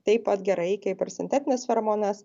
taip pat gerai kaip ir sintetinis feromonas